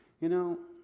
you know,